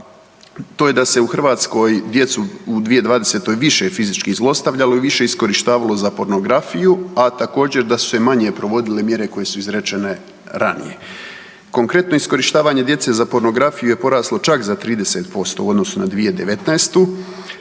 to je da se u Hrvatskoj djecu u 2020. više fizički zlostavljalo i više iskorištavalo za pornografiju, a također da su se manje provodile mjere koje su izrečene ranije. Konkretno iskorištavanje djece za pornografiju je poraslo čak za 30% u odnosu na 2019.,